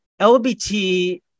LBT